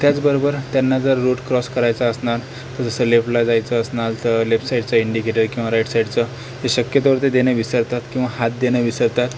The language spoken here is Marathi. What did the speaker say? त्याचबरोबर त्यांना जर रोड क्रॉस करायचा असणार तर जसं लेफ्टला जायचं असणार तर लेफ्ट साईडचा इंडिकेटर किंवा राईट साईडचा हे शक्यतोवर ते देणं विसरतात किंवा हात देणं विसरतात